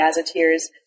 gazetteers